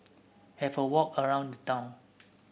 have a walk around town